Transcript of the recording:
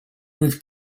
with